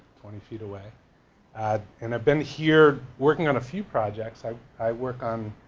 twenty feet away and i've been here working on a few projects. i i work on,